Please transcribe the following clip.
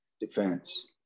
defense